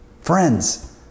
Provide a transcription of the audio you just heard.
Friends